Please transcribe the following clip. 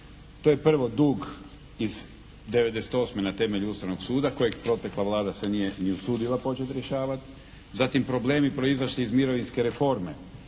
To je prvo dug iz '98. na temelju Ustavnog suda kojeg protekla Vlada se nije ni usudila počet rješavati. Zatim problemi proizašli iz mirovinske reforme